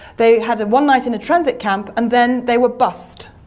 they had one night in a transit camp and then they were bussed.